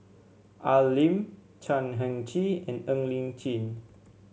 Al Lim Chan Heng Chee and Ng Li Chin